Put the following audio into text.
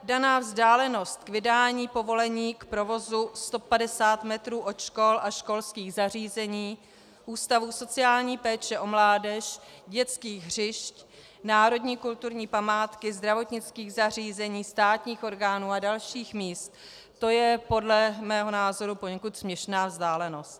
Daná vzdálenost k vydání povolení k provozu 150 metrů od škol a školských zařízení, ústavů sociální péče o mládež, dětských hřišť, národní kulturní památky, zdravotnických zařízení, státních orgánů a dalších míst, to je podle mého názoru poněkud směšná vzdálenost.